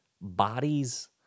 bodies